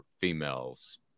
females